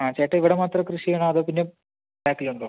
ആ ചേട്ടാ ഇവിടെ മാത്രം കൃഷി ചെയ്യാണോ അതോ പിന്നെ ബാക്കിൽ ഉണ്ടോ